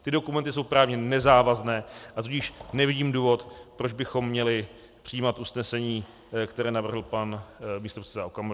Ty dokumenty jsou právně nezávazné, a tudíž nevidím důvod, proč bychom měli přijímat usnesení, které navrhl pan místopředseda Okamura.